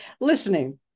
listening